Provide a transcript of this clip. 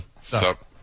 Sup